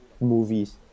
movies